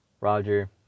Roger